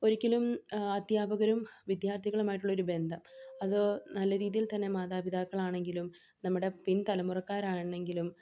ഒരിക്കലും അദ്ധ്യാപകരും വിദ്യാർത്ഥികളുമായിട്ടുള്ള ഒരു ബന്ധം അത് നല്ല രീതിയിൽ തന്നെ മാതാപിതാക്കളാണെങ്കിലും നമ്മുടെ പിൻ തലമുറക്കാർ ആണെങ്കിലും